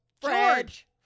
George